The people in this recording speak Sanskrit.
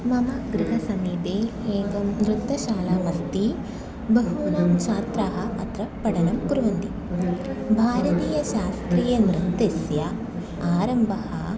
मम गृहसमीपे एकं नृत्तशाला अस्ति बहूनां छात्राः अत्र पठनं कुर्वन्ति भारतीयशास्त्रीयनृत्यस्य आरम्भः